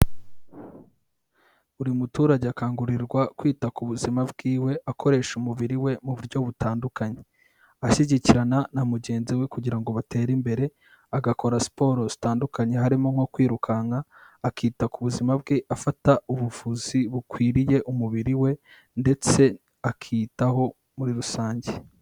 Buri muturage akangurirwa kwita ku buzima bwiwe, akoresha umubiri we mu buryo butandukanye, ashyigikirana na mugenzi we kugira ngo batere imbere, agakora siporo zitandukanye, harimo nko kwirukanka, akita ku buzima bwe afata ubuvuzi bukwiriye umubiri we, ndetse akiyitaho muri rusange.